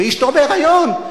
ואשתו בהיריון.